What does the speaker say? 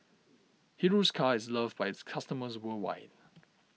Hiruscar is loved by its customers worldwide